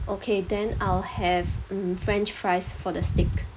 okay then I'll have mm french fries for the steak